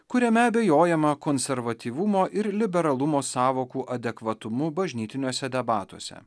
kuriame abejojama konservatyvumo ir liberalumo sąvokų adekvatumu bažnytiniuose debatuose